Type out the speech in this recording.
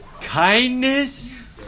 Kindness